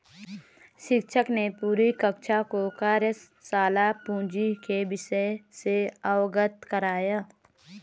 शिक्षक ने पूरी कक्षा को कार्यशाला पूंजी के विषय से अवगत कराया